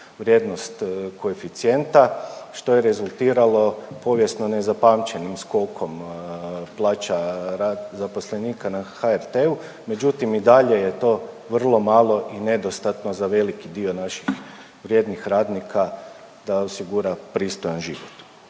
vrijednost koeficijenta, što je rezultiralo povijesno nezapamćenim skokom plaća zaposlenika na HRT-u, međutim, i dalje je to vrlo malo i nedostatno za veliki dio naših vrijednih radnika da osigura pristojan život.